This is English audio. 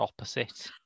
opposite